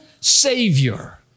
Savior